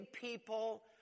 people